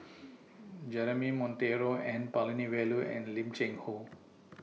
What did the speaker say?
Jeremy Monteiro N Palanivelu and Lim Cheng Hoe